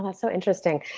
yeah so interesting.